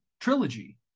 trilogy